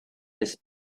laisse